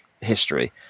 history